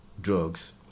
drugs